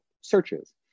searches